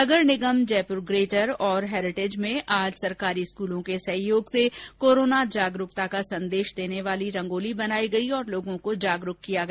नगर निगम जयपुर ग्रेटर और हैरिटेज में आज सरकारी स्कूलों के सहयोग से कोरोना जागरूकता का संदेश देने वाली रंगोली बनवाई गई और लोगों को जागरूक किया गया